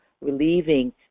relieving